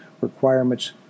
requirements